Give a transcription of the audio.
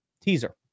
teaser